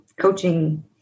coaching